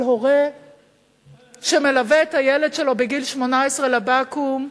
הורה שמלווה את הילד שלו בגיל 18 לבקו"ם.